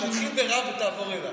תקשיב לרם ותעבור אליי.